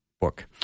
book